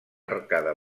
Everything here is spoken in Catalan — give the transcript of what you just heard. arcada